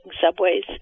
subways